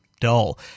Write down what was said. dull